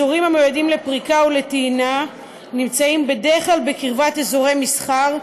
אזורים המיועדים לפריקה ולטעינה נמצאים בדרך כלל בקרבת אזורי מסחר,